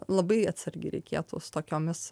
labai atsargiai reikėtų su tokiomis